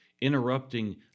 interrupting